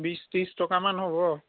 বিছ ত্ৰিছ টকামান হ'ব